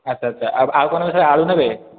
ଆଚ୍ଛା ଆଚ୍ଛା ଆଉ କ'ଣ ନେବେ ସାର୍ ଆଳୁ ନେବେ